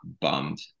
bummed